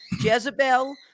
Jezebel